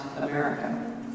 America